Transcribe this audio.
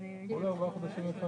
ברבעון מסוים כך וכך